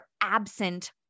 absent